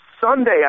Sunday